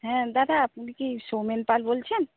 হ্যাঁ দাদা আপনি কি সৌমেন পাল বলছেন